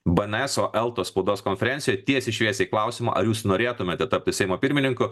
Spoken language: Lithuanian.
beneso eltos spaudos konferencijoj tiesiai šviesiai į klausimą ar jūs norėtumėte tapti seimo pirmininku